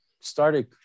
started